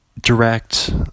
direct